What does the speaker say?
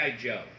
Joe